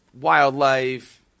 wildlife